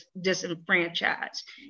disenfranchised